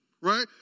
Right